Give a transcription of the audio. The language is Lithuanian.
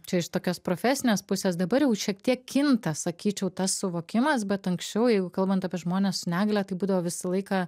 čia iš tokios profesinės pusės dabar jau šiek tiek kinta sakyčiau tas suvokimas bet anksčiau jeigu kalbant apie žmones su negalia tai būdavo visą laiką